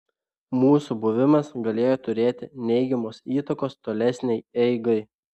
mūsų buvimas galėjo turėti neigiamos įtakos tolesnei eigai